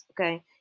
Okay